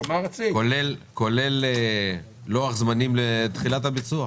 כולל לוח זמנים לתחילת הביצוע.